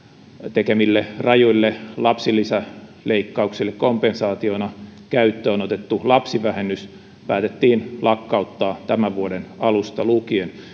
tekemille rajuille lapsilisäleikkauksille kompensaationa käyttöön otettu lapsivähennys päätettiin lakkauttaa tämän vuoden alusta lukien